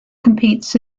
competes